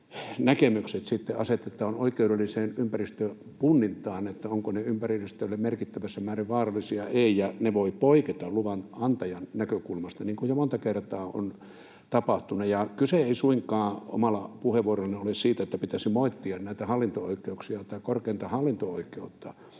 näkemykset asetetaan oikeudelliseen ympäristöpunnintaan, että ovatko ne ympäristölle merkittävissä määrin vaarallisia vai eivät, ja ne voivat poiketa luvanantajan näkökulmasta, niin kuin on jo monta kertaa tapahtunut. Kyse ei suinkaan omalla puheenvuorollani ole siitä, että pitäisi moittia näitä hallinto-oikeuksia tai korkeinta hallinto-oikeutta,